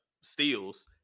steals